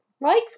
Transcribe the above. likes